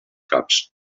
caps